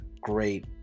great